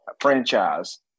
franchise